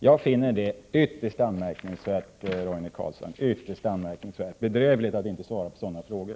Jag finner detta ytterst anmärkningsvärt, Roine Carlsson, och det är bedrövligt att ni inte svarar på sådana här frågor.